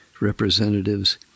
representatives